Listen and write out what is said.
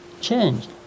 change